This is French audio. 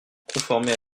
conformer